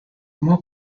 more